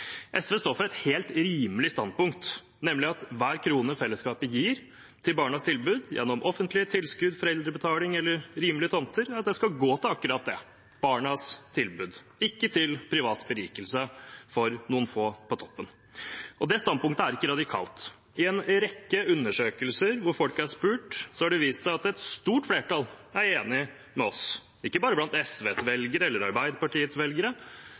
SV står for et helt rimelig standpunkt, nemlig at hver krone fellesskapet gir til barnas tilbud gjennom offentlige tilskudd, foreldrebetaling eller rimelige tomter, skal gå til akkurat det, til barnas tilbud, ikke til privat berikelse for noen få på toppen. Det standpunktet er ikke radikalt. I en rekke undersøkelser hvor folk er spurt, har det vist seg at et stort flertall er enig med oss – ikke bare blant SVs velgere eller Arbeiderpartiets velgere,